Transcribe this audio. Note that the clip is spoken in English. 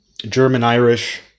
german-irish